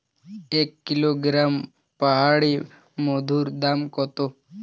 এক কিলোগ্রাম পাহাড়ী মধুর দাম কত?